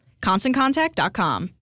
ConstantContact.com